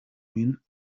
min